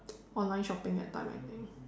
online shopping at time I think